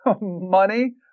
Money